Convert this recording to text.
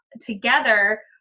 together